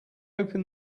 opened